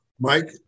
Mike